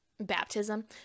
baptism